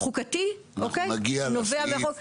חוקתי, נובע מחוק --- אנחנו נגיע לסעיף.